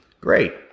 Great